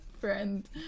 friend